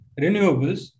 renewables